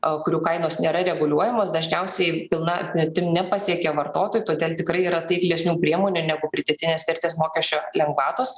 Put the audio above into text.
o kurių kainos nėra reguliuojamos dažniausiai pilna apimtim nepasiekia vartotojų todėl tikrai yra taiklesnių priemonių negu pridėtinės vertės mokesčio lengvatos